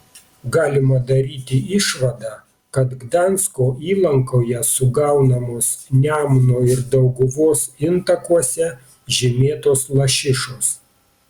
galima daryti išvadą kad gdansko įlankoje sugaunamos nemuno ir dauguvos intakuose žymėtos lašišos